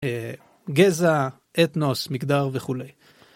גזע אתנוס מגדר וכולי.